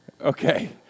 Okay